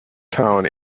town